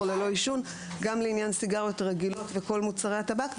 ללא עישון גם לעניין סיגריות רגילות וכל מוצרי הטבק,